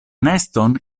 neston